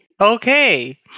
Okay